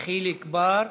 חיליק בר,